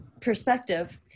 perspective